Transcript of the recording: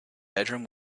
bedroom